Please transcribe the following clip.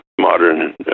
modern